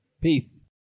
Peace